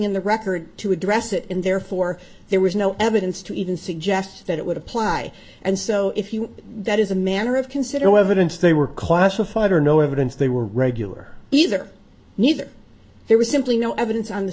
in the record to address it and therefore there was no evidence to even suggest that it would apply and so if you that is a matter of consider whether didn't they were classified or no evidence they were regular either neither there was simply no evidence on the